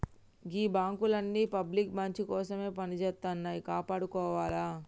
గీ బాంకులన్నీ పబ్లిక్ మంచికోసమే పనిజేత్తన్నయ్, కాపాడుకోవాల